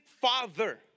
father